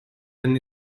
anni